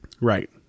Right